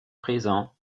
présent